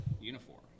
uniform